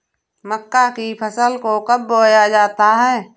मक्का की फसल को कब बोया जाता है?